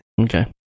Okay